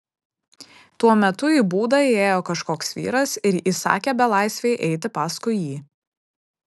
tuo metu į būdą įėjo kažkoks vyras ir įsakė belaisvei eiti paskui jį